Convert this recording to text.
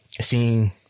seeing